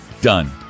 done